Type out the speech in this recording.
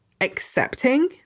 accepting